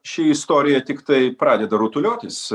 ši istorija tiktai pradeda rutuliotis